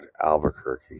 Albuquerque